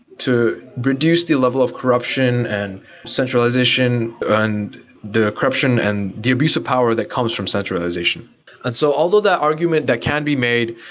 to reduce the level of corruption and centralization and the corruption and the abuse of power that comes from centralization and so although that argument that can be made,